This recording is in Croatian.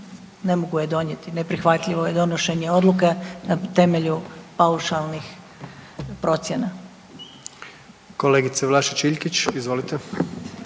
ne mogu je donijeti, neprihvatljivo je donošenje odluke na temelju paušalnih procjena. **Jandroković, Gordan